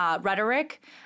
rhetoric